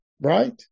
right